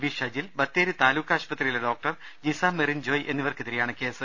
V Shajil Batheri താലൂക്ക് ആശുപത്രിയിലെ doctor Jisa Merin Joy എന്നിവർക്കെതിരെയാണ് കേസ്